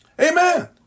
Amen